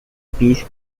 peace